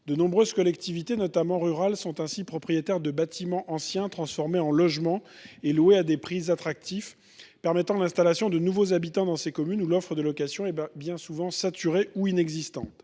De nombreuses collectivités, notamment rurales, sont propriétaires de bâtiments anciens transformés en logements et loués à des prix attractifs, permettant l’installation de nouveaux habitants dans ces communes, où l’offre de location est bien souvent saturée ou inexistante.